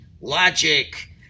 logic